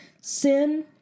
sin